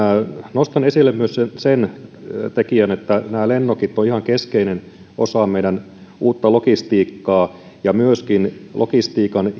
nostan esille myös sen sen tekijän että nämä lennokit ovat ihan keskeinen osa meidän uutta logistiikkaamme ja myöskin logistiikan